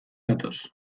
datoz